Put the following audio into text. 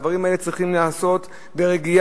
הדברים האלה צריכים להיעשות ברגיעה,